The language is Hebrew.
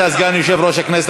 אתה סגן יושב-ראש הכנסת,